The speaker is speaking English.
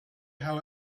how